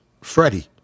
Freddie